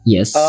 Yes